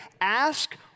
ask